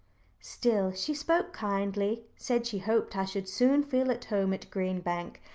still, she spoke kindly said she hoped i should soon feel at home at green bank,